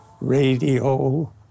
radio